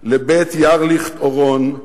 לבית ירליכט-אורון,